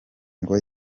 ngo